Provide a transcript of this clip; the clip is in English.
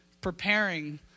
preparing